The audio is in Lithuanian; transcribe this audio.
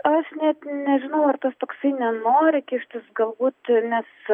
aš net nežinau ar tas toksai nenori kištis gal būt ir nes